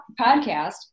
podcast